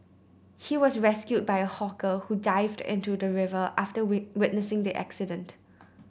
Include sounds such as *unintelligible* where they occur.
he was rescued by a hawker who dived into the river after *unintelligible* witnessing the accident